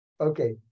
Okay